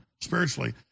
spiritually